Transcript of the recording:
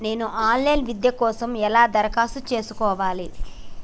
నేను online విద్య కోసం ఎలా దరఖాస్తు చేసుకోవాలి?